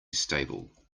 stable